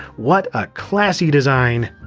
what a classy design.